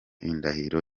indahiro